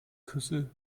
küsse